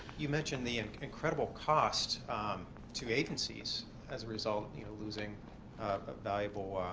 you mentioned the incredible costs to agencies as a result you know losing but valuable